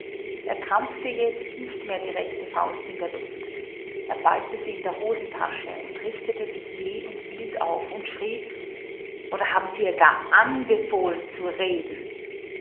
er krampfte jetzt nicht mehr die rechte faust in der luft er ballte sie in der hosentasche und richtete sich jäh und wild auf und schrie oder haben sie ihr gar anbefohlen zu reden